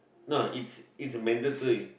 no it's it's a mandatory